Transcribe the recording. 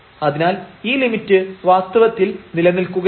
അതിനാൽ ഈ ലിമിറ്റ് വാസ്തവത്തിൽ നിലനിൽക്കുകയില്ല